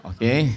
Okay